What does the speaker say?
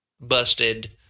busted